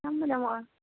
ᱧᱟᱢ ᱫᱚ ᱧᱟᱢᱚᱜᱼᱟ